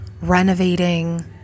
renovating